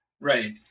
Right